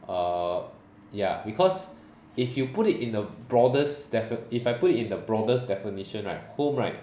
err ya because if you put it in a broadest def~ if I put it in the broadest definition right home right